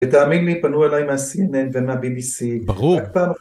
תאמין לי פנוי אליי מהCNN ומהBBC ברור. רק פעם אחת..